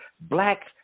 black